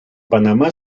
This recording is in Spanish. panamá